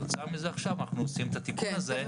כתוצאה מזה עכשיו אנחנו עושים את התיקון הזה.